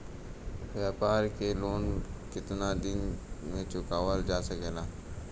व्यापार के लोन कितना दिन मे चुकावल जा सकेला?